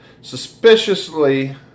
suspiciously